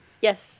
Yes